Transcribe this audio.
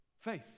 Faith